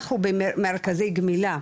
אנחנו במרכזי גמילה,